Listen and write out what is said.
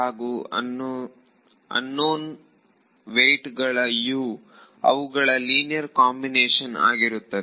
ಹಾಗೂ unknown weight U's ಗಳ ಅವುಗಳ ಲೀನಿಯರ್ ಕಾಂಬಿನೇಷನ್ ಆಗಿರುತ್ತದೆ